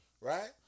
right